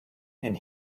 and